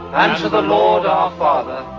and to the lord our father,